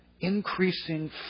increasing